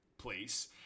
place